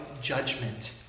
judgment